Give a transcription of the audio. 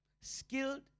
Skilled